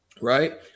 right